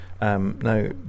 now